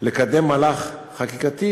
לקדם מהלך חקיקתי